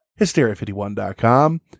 Hysteria51.com